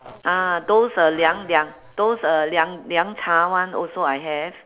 ah those uh liang liang those uh liang liang cha one also I have